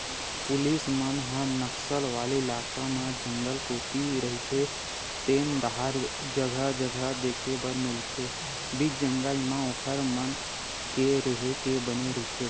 police मन ह नक्सल वाले इलाका म जंगल कोती रहिते तेन डाहर जगा जगा देखे बर मिलथे बीच जंगल म ओखर मन के रेहे के बने रहिथे